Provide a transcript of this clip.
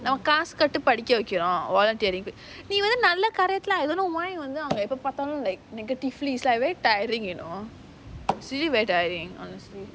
காசு குடுத்து படிக்க வைக்கிறோம்:kaasu kuduthu padika vaikkirom volunteering நீ வந்து நல்ல காரியத்துல:nee vanthu nalla kaariyathula I don't know why அவங்க வைத்து எப்போ பாத்தாலும்:avanga vaithu eppo paathaalum negatively it's like very tiring you know really very tiring honestly